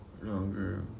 Longer